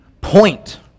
point